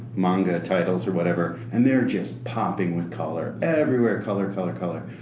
manga titles or whatever, and they're just popping with color. everywhere, color, color, color.